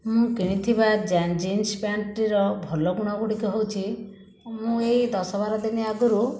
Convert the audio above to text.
ମୁଁ କିଣିଥିବା ଯା ଜିନ୍ସ ପ୍ୟାଣ୍ଟ୍ ଟି ର ଭଲ ଗୁଣ ଗୁଡ଼ିକ ହେଉଛି ମୁଁ ଏଇ ଦଶ ବାର ଦିନି ଆଗୁରୁ